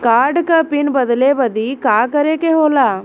Card क PIN बदले बदी का करे के होला?